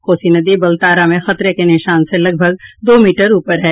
कोसी नदी बलतारा में खतरे के निशान से लगभग दो मीटर ऊपर है